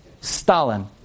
Stalin